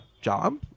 job